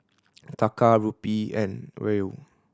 Taka Rupee and Riel